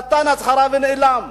נתן הצהרה ונעלם.